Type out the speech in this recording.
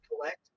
collect